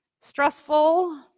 stressful